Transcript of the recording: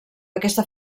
aquesta